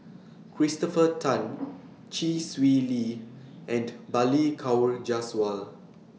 Christopher Tan Chee Swee Lee and Balli Kaur Jaswal